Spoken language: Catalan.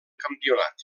campionat